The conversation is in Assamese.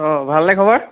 অঁ ভাল নে খবৰ